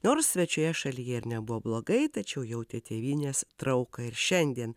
nors svečioje šalyje ir nebuvo blogai tačiau jautė tėvynės trauką ir šiandien